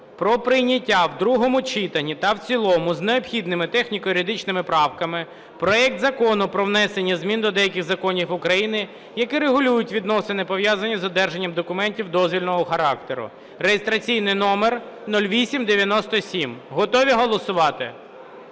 про прийняття в другому читанні та в цілому з необхідними техніко-юридичними правками проект Закону про внесення змін до деяких законів України, які регулюють відносини, пов'язані з одержанням документів дозвільного характеру (реєстраційний номер 0897). Готові голосувати?